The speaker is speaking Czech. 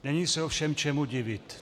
Není se ovšem čemu divit.